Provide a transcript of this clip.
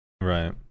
right